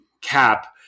cap